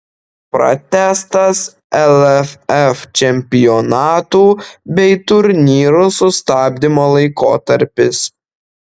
pratęstas lff čempionatų bei turnyrų sustabdymo laikotarpis